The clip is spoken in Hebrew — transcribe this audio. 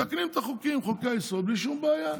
מתקנים את החוקים, חוקי-היסוד, בלי שום בעיה.